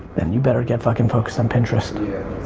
then you better get fucking focused on pinterest.